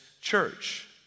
church